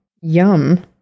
Yum